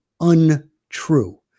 untrue